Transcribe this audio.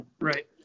right